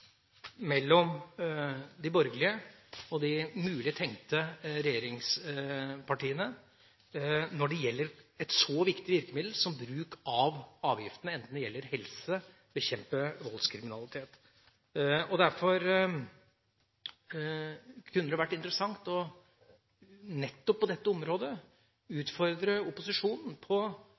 mellom de borgerlige og de mulige, tenkte, regjeringspartiene når det gjelder et så viktig virkemiddel som bruk av avgiftene, enten det gjelder helse eller det å bekjempe voldskriminalitet. Derfor kunne det være interessant å utfordre opposisjonen nettopp på dette området: